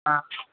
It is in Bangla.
আচ্ছা